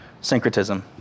syncretism